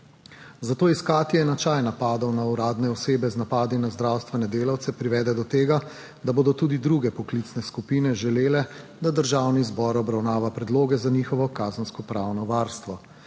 Zato iskati enačaj napadov na uradne osebe z napadi na zdravstvene delavce privede do tega, da bodo tudi druge poklicne skupine želele, da Državni zbor obravnava predloge za njihovo kazenskopravno varstvo.